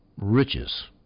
riches